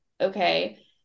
okay